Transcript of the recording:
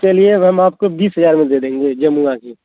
चलिए हम आपको बीस हज़ार में दे देंगे जमुआ की